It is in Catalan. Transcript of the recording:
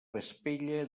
vespella